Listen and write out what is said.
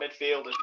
midfielders